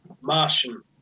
Martian